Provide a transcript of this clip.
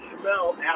smell